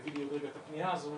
הוא יביא לי עוד רגע את הפנייה הזו,